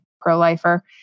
pro-lifer